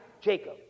Jacob